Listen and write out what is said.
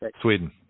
Sweden